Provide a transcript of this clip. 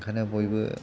ओंखायनो बयबो